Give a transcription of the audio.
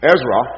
Ezra